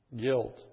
guilt